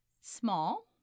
small